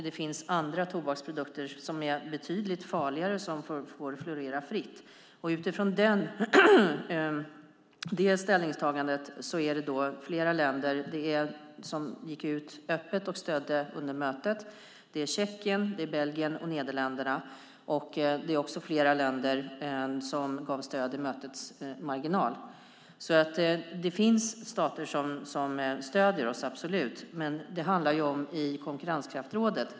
Det finns andra, betydligt farligare tobaksprodukter som får florera fritt. Utifrån det ställningstagandet är det flera länder som stöder oss. De som gick ut och öppet stödde oss under mötet var Tjeckien, Belgien och Nederländerna. Dessutom gav flera länder stöd i mötets marginal. Det finns alltså stater som stöder oss, absolut, men det är i konkurrenskraftsrådet.